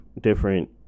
different